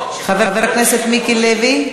חבר הכנסת מיקי לוי,